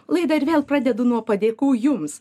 laidą ir vėl pradedu nuo padėkų jums